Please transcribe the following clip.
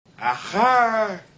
Aha